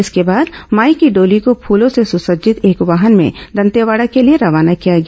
इसके बाद माई की डोली को फूलों से सुसज्जित एक वाहन में दंतेवाड़ा के लिए रवाना किया गया